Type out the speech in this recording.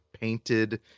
painted